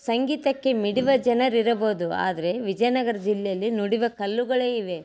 ಸಂಗೀತಕ್ಕೆ ಮಿಡಿವ ಜನರಿರಬೋದು ಆದರೆ ವಿಜಯನಗರ ಜಿಲ್ಲೆಯಲ್ಲಿ ನುಡಿವ ಕಲ್ಲುಗಳೇ ಇವೆ